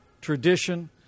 tradition